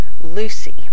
Lucy